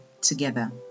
together